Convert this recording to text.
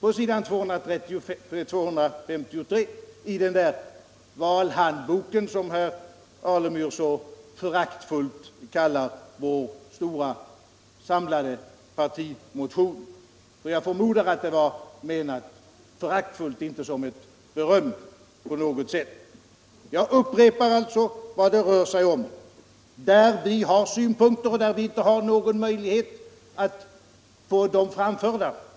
I den partimotion som herr Alemyr kallar valhandbok så föraktfullt — för jag förmodar att det var menat föraktfullt och inte på något sätt som beröm -— har vi på s. 2353 tagit upp synpunkter på utbildningen som vi inte har möjlighet att framföra på annat sätt.